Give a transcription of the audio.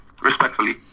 respectfully